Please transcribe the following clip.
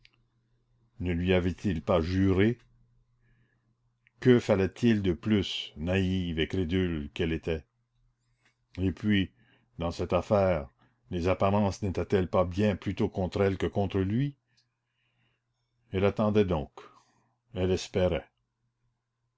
ne lui avait-il pas juré que lui fallait-il de plus naïve et crédule qu'elle était et puis dans cette affaire les apparences nétaient elles pas bien plutôt contre elle que contre lui elle attendait donc elle espérait